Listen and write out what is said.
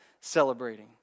celebrating